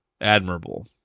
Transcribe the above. admirable